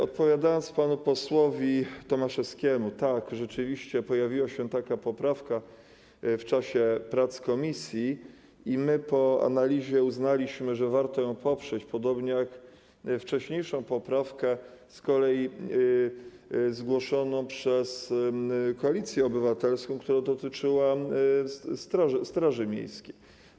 Odpowiadając panu posłowi Tomaszewskiemu: tak, rzeczywiście pojawiła się taka poprawka w czasie prac komisji i my po analizie uznaliśmy, że warto ją poprzeć, podobnie jak wcześniejszą poprawkę zgłoszoną z kolei przez Koalicję Obywatelską, która dotyczyła straży miejskiej.